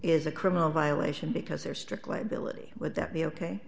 is a criminal violation because there are strict liability would that be ok